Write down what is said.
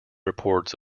reports